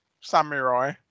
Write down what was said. samurai